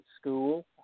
school